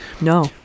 No